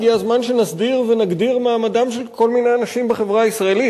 הגיע הזמן שנסדיר ונגדיר את מעמדם של כל מיני אנשים בחברה הישראלית.